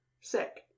sick